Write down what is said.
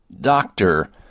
doctor